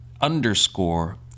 underscore